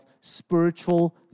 spiritual